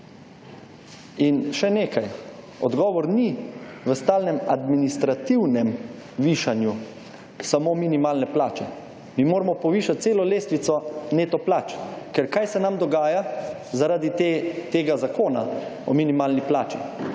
In še nekaj, odgovor ni v stalnem administrativnem višanju samo minimalne plače. Mi moramo povišati celo lestvico plač. Ker kaj se nam dogaja zaradi tega zakona o minimalni plači,